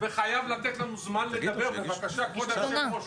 וחייב לתת לנו זמן לדבר, בבקשה כבוד היו"ר.